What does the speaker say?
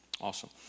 Awesome